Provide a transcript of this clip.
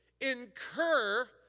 incur